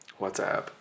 WhatsApp